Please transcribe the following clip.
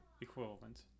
equivalent